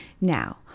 Now